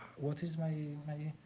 what is my now